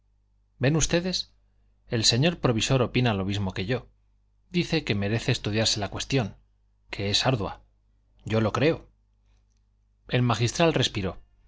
ven ustedes el señor provisor opina lo mismo que yo dice que merece estudiarse la cuestión que es ardua yo lo creo el magistral respiró